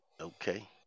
Okay